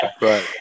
right